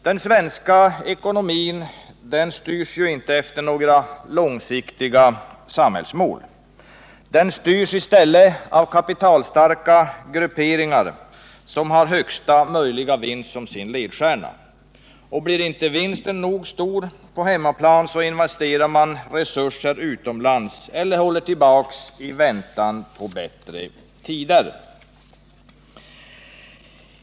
Den svenska ekonomin styrs inte mot några långsiktiga sam hällsmål. Den styrs i stället av kapitalstarka grupperingar som har högsta möjliga vinst som sin ledstjärna. Om vinsten inte blir nog stor på hemmaplan, investeras resurserna utomlands eller hålls tillbaka i väntan på bättre tider.